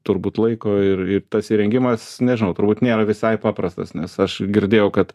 turbūt laiko ir ir tas įrengimas nežinau turbūt nėra visai paprastas nes aš girdėjau kad